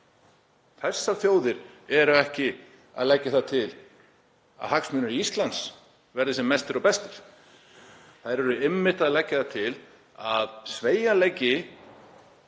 Þessar þjóðir eru ekki að leggja það til að hagsmunir Íslands verði sem mestir og bestir. Þær eru einmitt að leggja það til að sveigjanleiki